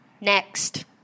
Next